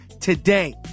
today